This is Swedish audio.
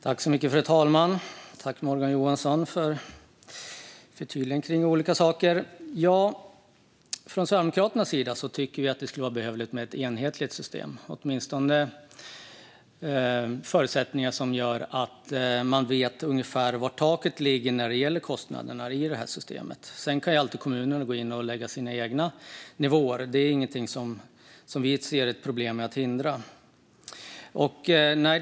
Fru talman! Jag tackar Morgan Johansson för förtydligandena. Från Sverigedemokraternas sida tycker vi att det skulle vara behövligt med ett enhetligt system eller åtminstone förutsättningar som gör att man på ett ungefär vet var taket ligger för kostnaderna i systemet. Sedan kan kommunerna alltid gå in och lägga sina egna nivåer. Vi ser inget problem i det.